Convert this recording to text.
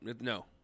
No